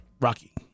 Rocky